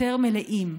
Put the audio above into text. יותר מלאים?